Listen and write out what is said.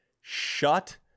shut